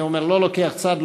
אני לא לוקח צד,